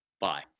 Bye